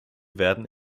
werden